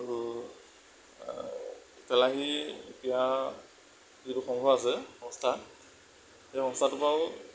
আৰু তেলাহী ক্ৰীড়া যিটো সংঘ আছে সংস্থা সেই সংস্থাটোৰ পৰাও